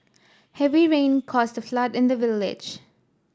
heavy rain caused a flood in the village